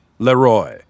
Leroy